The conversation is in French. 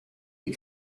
des